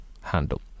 handle